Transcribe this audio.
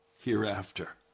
hereafter